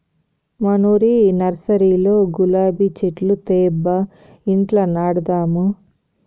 మనూరి నర్సరీలో గులాబీ చెట్లు తేబ్బా ఇంట్ల నాటదాము